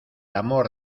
amor